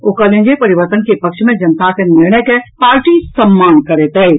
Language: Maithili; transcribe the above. ओ कहलनि जे परिवर्तन के पक्ष मे जनताक निर्णय के पार्टी सम्मान करैत अछि